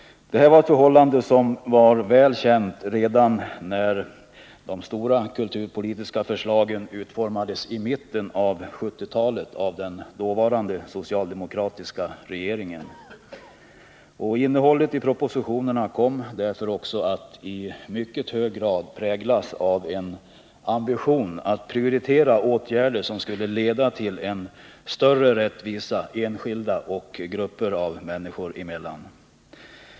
Det här var ett förhållande som var väl känt redan när de stora kulturpolitiska förslagen utformades i mitten av 1970-talet av den dåvarande socialdemokratiska regeringen. Innehållet i propositionerna kom därför också att i mycket hög grad präglas av en ambition att prioritera åtgärder som skulle leda till en större rättvisa enskilda och grupper av människor emellan.